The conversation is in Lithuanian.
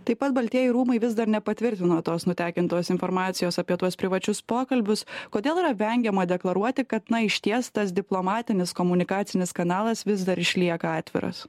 taip pat baltieji rūmai vis dar nepatvirtino tos nutekintos informacijos apie tuos privačius pokalbius kodėl yra vengiama deklaruoti kad na išties tas diplomatinis komunikacinis kanalas vis dar išlieka atviras